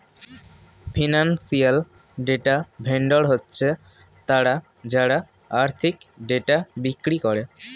financial data vendor হচ্ছে তারা যারা আর্থিক ডেটা বিক্রি করে